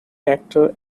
actor